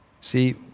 See